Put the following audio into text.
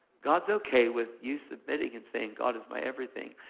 god's okay with you submitting and saying god is my everything,